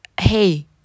hey